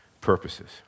purposes